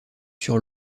sur